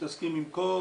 מתעסקים עם כל